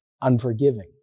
unforgiving